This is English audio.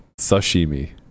sashimi